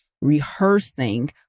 rehearsing